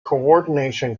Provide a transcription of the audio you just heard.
coordination